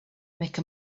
make